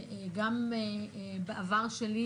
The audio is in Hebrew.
גם בעבר שלי,